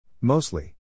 Mostly